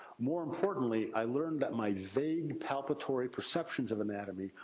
more importantly, i learned that my vague palpatory perceptions of anatomy,